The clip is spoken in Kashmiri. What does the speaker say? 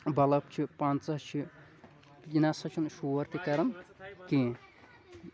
بَلَب چھِ پنٛژاہ چھِ یہِ نَہ سا چھُنہٕ شور تہِ کَران کیٚنٛہہ